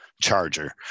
charger